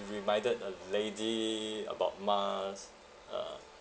you reminded a lady about mask uh